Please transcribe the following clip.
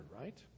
right